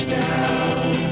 down